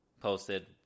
posted